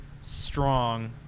strong